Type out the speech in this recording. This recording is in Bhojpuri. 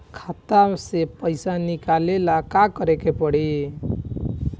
खाता से पैसा निकाले ला का करे के पड़ी?